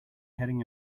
heading